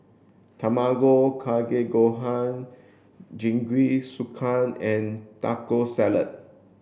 Tamago Kake Gohan Jingisukan and Taco Salad